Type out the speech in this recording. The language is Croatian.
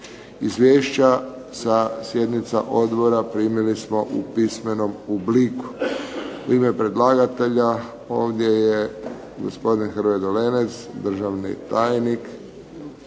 Izvješća sa sjednica odbora primili smo u pismenom obliku. U ime predlagatelja ovdje je gospodin Hrvoje Dolenec, državni tajnik.